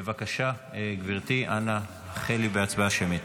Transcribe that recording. בבקשה, גברתי, התחילי בהצבעה שמית.